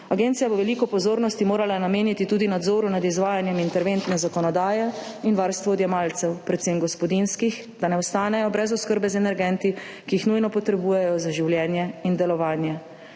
Agencija bo veliko pozornosti morala nameniti tudi nadzoru nad izvajanjem interventne zakonodaje in varstvu odjemalcev, predvsem gospodinjskih, da ne ostanejo brez oskrbe z energenti, ki jih nujno potrebujejo za življenje in delovanje.